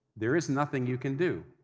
there is nothing you can do.